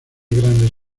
grandes